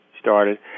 started